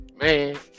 Man